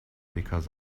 because